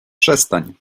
przestań